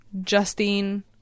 Justine